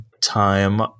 time